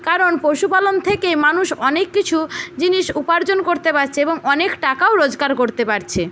কারণ পশুপালন থেকে মানুষ অনেক কিছু জিনিস উপার্জন করতে পারছে এবং অনেক টাকাও রোজগার করতে পারছে